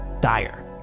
dire